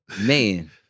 Man